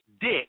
Dick